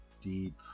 deep